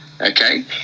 okay